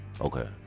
Okay